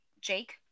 Jake